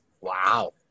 Wow